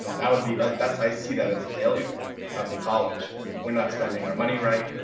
and that would be that's i see that as a failure of the college that we're not spending our money right,